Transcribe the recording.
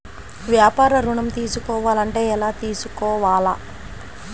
వ్యాపార ఋణం తీసుకోవాలంటే ఎలా తీసుకోవాలా?